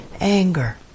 anger